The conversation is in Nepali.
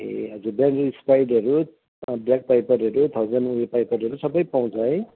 ए हजुर ब्लेन्डर्स स्प्राइडहरू ब्ल्याक पाइपरहरू थाउजन उयो पाइपरहरू सबै पाउँछ है